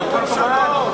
היושב-ראש,